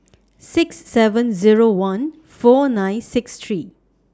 six seven Zero one four nine six three